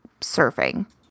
surfing